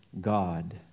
God